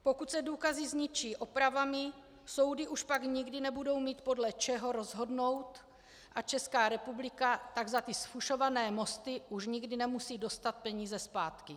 Pokud se důkazy zničí opravami, soudy už pak nikdy nebudou mít podle čeho rozhodnout a Česká republika tak za ty zfušované mosty už nikdy nemusí dostat peníze zpátky.